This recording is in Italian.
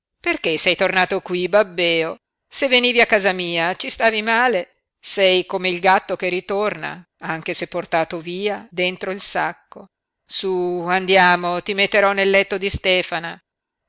perché sei tornato qui babbeo se venivi a casa mia ci stavi male sei come il gatto che ritorna anche se portato via dentro il sacco su andiamo ti metterò nel letto di stefana